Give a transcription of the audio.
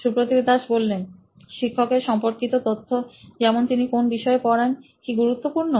Supratibh Das C T O নোইন electronics শিক্ষক এর সম্পর্কি ত তথ্য যেমন তিনি কোন বিষয়ে পড়ান কি গুরুত্বপূর্ণ